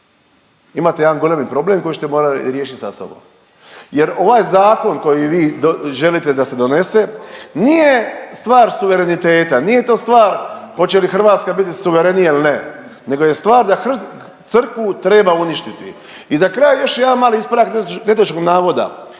imate jedan golemi problem koji ćete morat riješit sa sobom. Jer ovaj zakon koji vi želite da se donese nije stvar suvereniteta, nije to stvar hoće li Hrvatska biti suverenija ili ne nego je stvar da crkvu treba uništiti. I za kraj još jedan mali ispravak netočnog navoda.